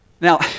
Now